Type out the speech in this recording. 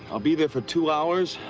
i'll be there for two hours.